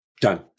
Done